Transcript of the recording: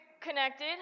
connected